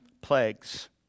plagues